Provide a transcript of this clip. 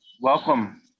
welcome